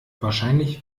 wahrscheinlich